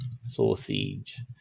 sausage